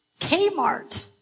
Kmart